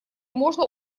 можно